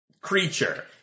creature